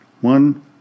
one